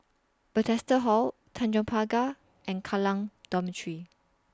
Bethesda Hall Tanjong Pagar and Kallang Dormitory